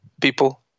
people